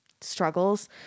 struggles